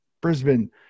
Brisbane